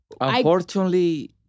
Unfortunately